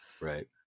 right